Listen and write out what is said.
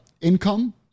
income